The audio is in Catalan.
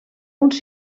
uns